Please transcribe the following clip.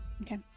Okay